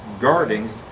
guarding